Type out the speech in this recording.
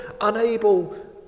unable